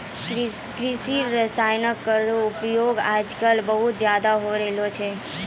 कृषि रसायन केरो उपयोग आजकल बहुत ज़्यादा होय रहलो छै